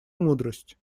мудрость